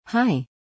Hi